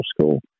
school